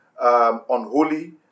unholy